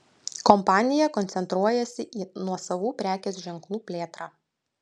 kompanija koncentruojasi į nuosavų prekės ženklų plėtrą